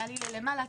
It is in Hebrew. תעלי למעלה,